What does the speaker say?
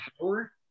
power